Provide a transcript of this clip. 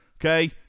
Okay